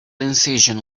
incision